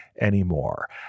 anymore